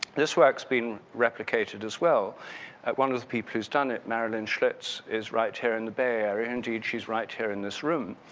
this work's been replicated as well and one of the people who's done it, marilyn schlitz, is right here in the bay area, indeed she's right here in this room.